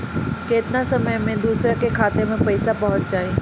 केतना समय मं दूसरे के खाता मे पईसा पहुंच जाई?